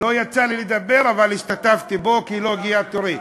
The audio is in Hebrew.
לא יצא לי לדבר, אבל השתתפתי, כי לא הגיע תורי.